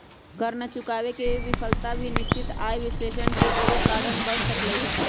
कर न चुकावे के विफलता भी निश्चित आय विश्लेषण के एगो कारण बन सकलई ह